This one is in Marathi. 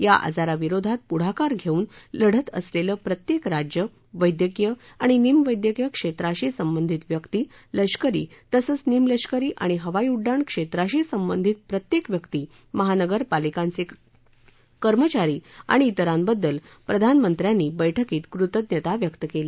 या आजाराविरोधात पुढाकार घस्कन लढत असल्वी प्रत्यक्त राज्य वैद्यकीय आणि निम वैद्यकीय क्षमश्री संबंधित व्यक्ती लष्करी तसंच निम लष्करी आणि हवाई उड्डाण क्षमश्री संबंधित प्रत्यक्ती व्यक्ती महानगरपालिकांचक्रिमचारी आणि इतरांबद्दल प्रधानमंत्री यांनी या बैठकीत कृतज्ञता व्यक्त कली